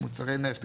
מוצרי נפט,